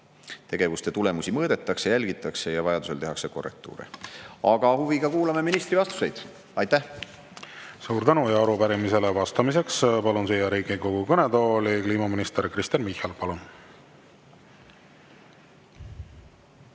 tegevuste tulemusi mõõdetakse, jälgitakse ja vajadusel tehakse korrektuure. Aga huviga kuulame ministri vastuseid. Aitäh! Suur tänu! Arupärimisele vastamiseks palun Riigikogu kõnetooli kliimaminister Kristen Michali. Palun!